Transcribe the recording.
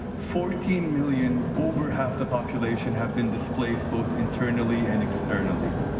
fourteen million over half the population have been displaced both internally and externally.